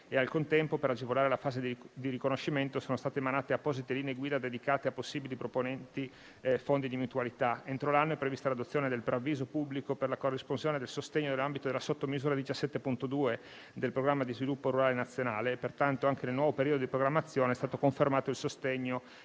e, al contempo, per agevolare la fase di riconoscimento, sono state emanate apposite linee guida dedicate a possibili proponenti e fondi di mutualità. Entro l'anno è prevista l'adozione del preavviso pubblico per la corresponsione del sostegno nell'ambito della sottomisura 17.2 del Programma di sviluppo rurale nazionale. Pertanto, anche nel nuovo periodo di programmazione, è stato confermato il sostegno